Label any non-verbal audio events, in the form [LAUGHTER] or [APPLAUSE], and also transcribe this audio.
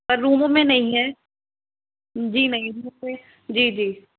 पर रूमों में नहीं है जी नहीं [UNINTELLIGIBLE] जी जी